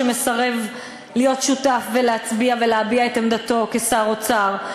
שמסרב להיות שותף ולהצביע ולהביע את עמדתו כשר האוצר,